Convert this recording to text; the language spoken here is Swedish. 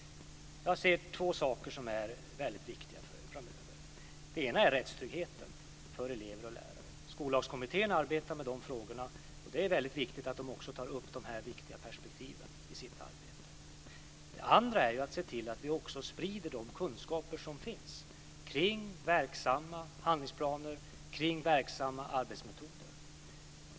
Jag har sett två saker som är viktiga framöver. Den ena är rättstryggheten för elever och lärare. Skollagskommittén arbetar med de frågorna. Det är också viktigt att de tar upp dessa perspektiv i sitt arbete. Den andra saken är att se till att vi också sprider de kunskaper som finns om verksamma handlingsplaner och arbetsmetoder.